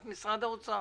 את ממשרד האוצר.